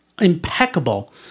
impeccable